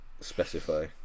specify